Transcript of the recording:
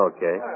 Okay